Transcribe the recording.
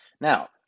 Now